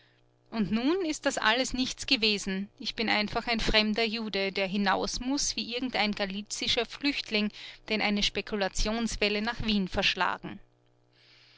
und nun ist das alles nichts gewesen ich bin einfach ein fremder jude der hinaus muß wie irgend ein galizischer flüchtling den eine spekulationswelle nach wien verschlagen